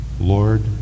Lord